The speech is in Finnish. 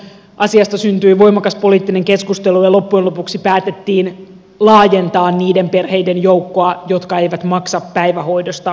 asiasta syntyi voimakas poliittinen keskustelu ja loppujen lopuksi päätettiin laajentaa niiden perheiden joukkoa jotka eivät maksa päivähoidosta mitään